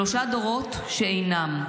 שלושה דורות שאינם.